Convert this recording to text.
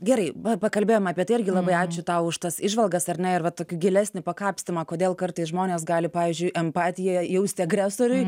gerai pakalbėjom apie tai irgi labai ačiū tau už tas įžvalgas ar ne ir va tokį gilesnį pakapstymą kodėl kartais žmonės gali pavyzdžiui empatiją jausti agresoriui